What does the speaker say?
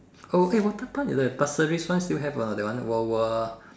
oh okay water point is at Pasir Ris one still have or not that one wild wild